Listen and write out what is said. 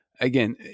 again